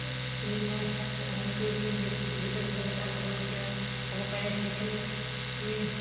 cylinder হেৰি কৰিবলৈ বিহিত ব্যৱস্থা ল'বলগীয়া হ'ব পাৰে সেইখিনি আমি